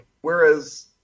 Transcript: Whereas